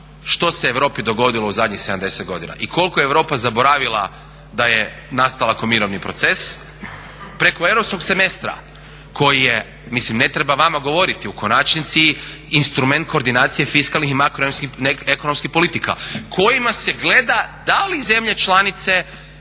što se Europi dogodilo u zadnjih 70 godina i koliko je Europa zaboravila da je nastala kao mirovini proces, preko Europskog semestra koji je, mislim ne treba vama govoriti u konačnici instrument koordinacije fiskalnih i makroekonomskih politika kojima se gleda da li zemlje članice